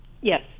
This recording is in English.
Yes